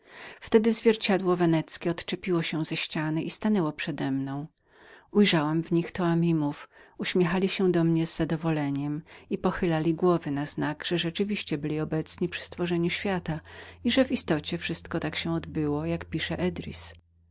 wtedy zwierciadło weneckie odczepiło się z haka na którym wisiało i stanęło przedemną ujrzałam taminów uśmiechali się do mnie z zadowoleniem i pochylili głowy na znak że rzeczywiście byli obecnymi przy stworzeniu świata i że w istocie wszystko tak się odbyło jak pisze